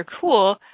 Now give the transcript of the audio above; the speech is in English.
cool